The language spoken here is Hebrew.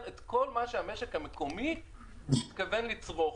את כל מה שהמשק המקומי מתכוון לצרוך.